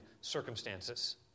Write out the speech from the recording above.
circumstances